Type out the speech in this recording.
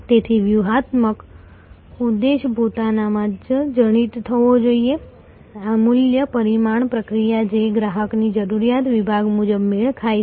તેથી વ્યૂહાત્મક ઉદ્દેશ્ય પોતાનામાં જ જડિત થવો જોઈએ આ મૂલ્ય નિર્માણ પ્રક્રિયા જે ગ્રાહકની જરૂરિયાત વિભાગ મુજબ મેળ ખાય છે